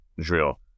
drill